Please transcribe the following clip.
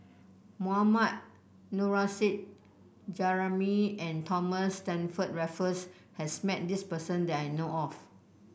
Mohammad Nurrasyid Juraimi and Thomas Stamford Raffles has met this person that I know of